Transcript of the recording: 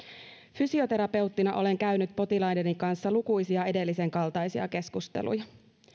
fysioterapeuttina olen käynyt potilaideni kanssa lukuisia edellisenkaltaisia keskusteluja